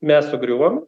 mes sugriuvom